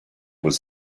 was